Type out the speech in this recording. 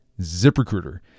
ZipRecruiter